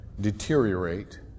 deteriorate